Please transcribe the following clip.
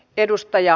kiitos